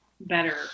better